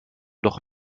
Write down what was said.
doch